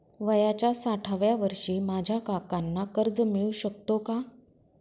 वयाच्या साठाव्या वर्षी माझ्या काकांना कर्ज मिळू शकतो का?